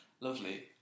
Lovely